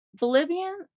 Bolivian